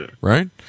right